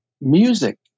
music